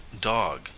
dog